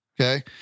Okay